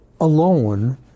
alone